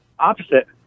opposite